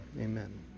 amen